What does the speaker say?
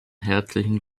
herzlichen